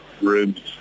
ribs